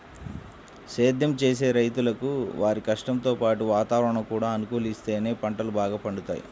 సేద్దెం చేసే రైతులకు వారి కష్టంతో పాటు వాతావరణం కూడా అనుకూలిత్తేనే పంటలు బాగా పండుతయ్